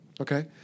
Okay